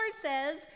says